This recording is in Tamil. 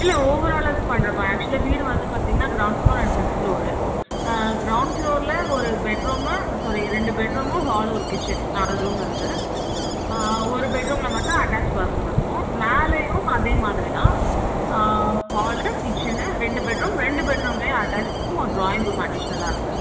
இல்லை ஓவர்ஆலாகவே பண்ணுற மாதிரி ஆக்சுவலாக வீடு வந்து பார்த்தீங்கனா ground floor and first floor ground ஃப்ளோரில் ஒரு பெட்ரூமு சாரி ரெண்டு பெட்ரூமு ஒரு ஹாலு ஒரு கிச்சன் நாலு ரூம் இருக்குது ஒரு பெட்ரூமில் மட்டும் அட்டாச் பாத்ரூம் இருக்கும் மேலேயும் அதே மாதிரி தான் ஆ ஹாலு கிச்சனு ரெண்டு பெட்ரூம் ரெண்டு பெட்ரூம்லேயும் அட்டாச் ம் ஒரு ட்ராயிங் ரூம் அடிஷ்னலாக இருக்குது